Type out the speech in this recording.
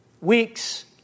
weeks